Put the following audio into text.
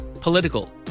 political